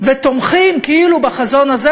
ותומכים כאילו בחזון הזה,